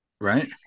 right